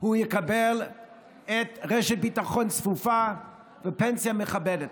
הוא יקבל רשת ביטחון צפופה ופנסיה מכבדת.